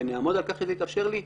ואני אעמוד על כך שזה יתאפשר לי,